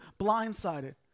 blindsided